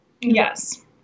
Yes